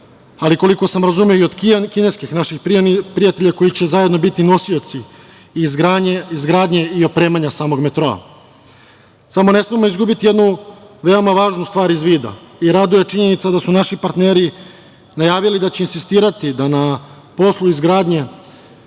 ali koliko sam razumeo i od kineskih naših prijatelja, koji će zajedno biti nosioci izgradnje i opremanja samog metroa. Samo ne smemo izgubiti jednu veoma važnu stvar iz vida. Raduje činjenica da su naši partneri najavili da će insistirati da na poslu izgradnje